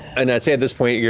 and i'd say, at this point, yeah